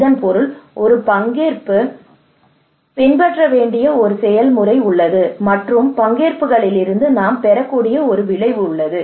இதன் பொருள் ஒரு பங்கேற்பு பின்பற்ற வேண்டிய ஒரு செயல்முறை உள்ளது மற்றும் பங்கேற்புகளிலிருந்து நாம் பெறக்கூடிய ஒரு விளைவு உள்ளது